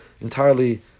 entirely